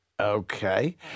Okay